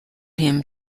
him